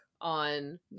on